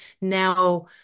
now